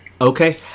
Okay